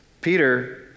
Peter